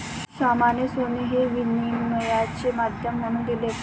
श्यामाने सोने हे विनिमयाचे माध्यम म्हणून दिले